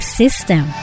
system